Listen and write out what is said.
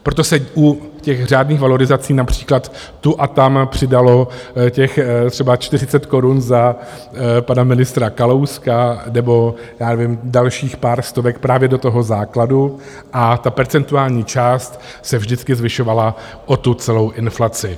Proto se u těch řádných valorizací například tu a tam přidalo těch zhruba čtyřicet korun za pana ministra Kalouska, nebo já nevím, dalších pár stovek právě do toho základu a ta percentuální část se vždycky zvyšovala o tu celou inflaci.